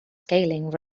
scaling